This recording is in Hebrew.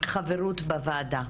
חברות בוועדה.